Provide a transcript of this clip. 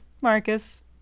Marcus